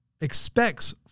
expects